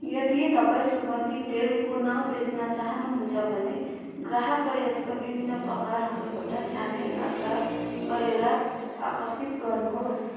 यदि तपाईँ सुगन्धित तेल पुनः बेच्न चाहानुहुन्छ भने ग्राहकलाई यसका विभिन्न प्रकारहरूबाट छान्ने आग्रह गरेर आकर्षित गर्नुहोस्